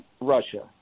Russia